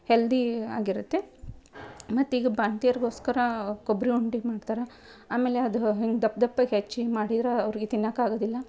healthy ಆಗಿರುತ್ತೆ ಮತ್ತೀಗ ಬಾಣ್ತಿಯರ್ಗೋಸ್ಕರಾ ಕೊಬ್ಬರಿ ಉಂಡೆ ಮಾಡ್ತಾರೆ ಆಮೇಲೆ ಅದು ಹೀಗ್ ದಪ್ಪ ದಪ್ಪಗೆ ಹೆಚ್ಚಿ ಮಾಡೀದ್ರ ಅವ್ರಿಗೆ ತಿನ್ನೋಕ್ ಆಗೋದಿಲ್ಲ